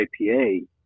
IPA